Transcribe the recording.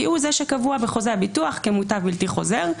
כי הוא זה שקבוע בחוזה הביטוח כמוטב בלתי חוזר.